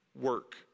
Work